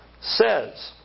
says